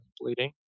bleeding